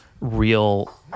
real